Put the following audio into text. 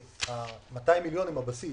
ה-200 מיליון הם הבסיס,